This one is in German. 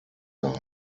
sein